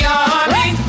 army